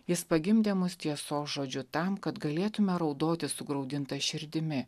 jis pagimdė mus tiesos žodžiu tam kad galėtume raudoti sugraudinta širdimi